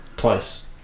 Twice